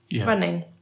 running